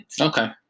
Okay